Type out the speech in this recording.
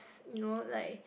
you know like